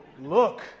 look